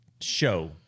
show